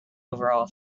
overall